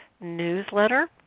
newsletter